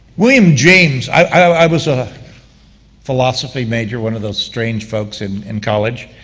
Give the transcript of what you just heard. william james i was a philosophy major, one of those strange folks in in college